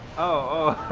oh